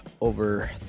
over